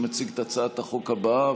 שמציג את הצעת החוק הבאה,